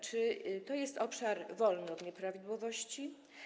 Czy to jest obszar wolny od nieprawidłowości?